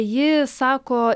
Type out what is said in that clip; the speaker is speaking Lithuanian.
ji sako